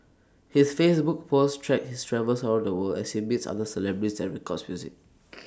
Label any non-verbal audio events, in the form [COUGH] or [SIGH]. his Facebook posts track his travels around the world as he meets other celebrities and records music [NOISE]